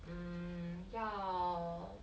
mm 要